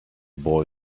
boy